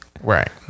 right